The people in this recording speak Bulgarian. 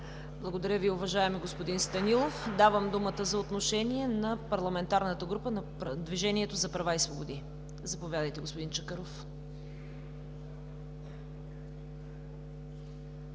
Благодаря Ви, уважаеми господин Станилов. Давам думата за отношение на Парламентарната група на Движението за права и свободи. Заповядайте, господин Чакъров.